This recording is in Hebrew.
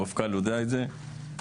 המפכ"ל יודע את זה,